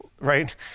right